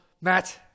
Matt